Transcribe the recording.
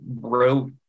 wrote